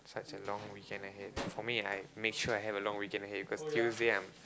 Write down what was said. that's a long weekend ahead for me I make sure I have a long weekend ahead cause Tuesday I'm